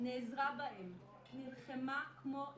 היא נעזרה בהם, נלחמה כמו לביאה.